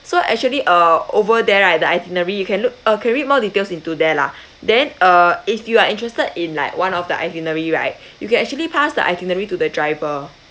so actually uh over there right the itinerary you can look uh can read more details into there lah then uh if you are interested in like one of the itinerary right you can actually pass the itinerary to the driver